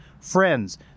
friends